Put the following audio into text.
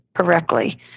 correctly